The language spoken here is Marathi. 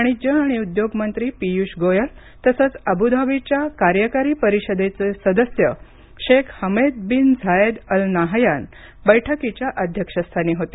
वाणिज्य आणि उद्योग मंत्री पीयूष गोयल तसंच अबुधाबीच्या कार्यकारी परिषदेचे सदस्य Sheikh Hamed bin Zayed Al Nahyan बैठकीच्या अध्यक्षस्थानी होते